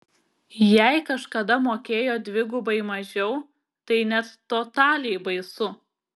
jei kažkada mokėjo dvigubai mažiau tai net totaliai baisu